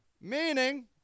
Meaning